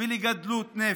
ולגדלות נפש.